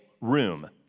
Room